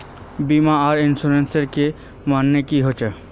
बीमा आर इंश्योरेंस के माने की होय?